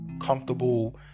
comfortable